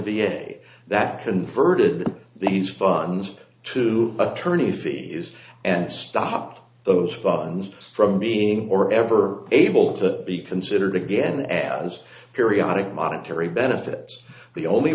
a that converted these funds to attorney fees and stop those funds from being or ever able to be considered again as periodic monetary benefits the only